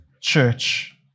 church